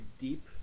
deep